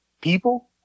people